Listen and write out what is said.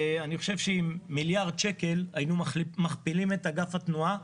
אני חושב שעם מיליארד שקלים היינו מכפילים את אגף התנועה,